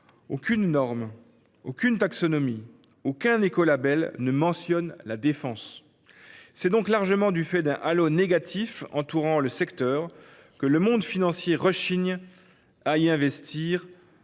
aucune norme, aucune taxonomie, aucun écolabel ne mentionne la défense. C’est donc largement du fait d’un halo négatif entourant le secteur que le monde financier rechigne à y investir